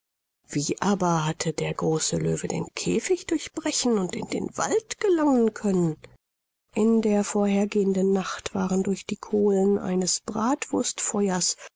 wie aber hatte der große löwe den käfig durchbrechen und in den wald gelangen können in der vorhergehenden nacht waren durch die kohlen eines